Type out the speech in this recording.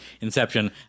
inception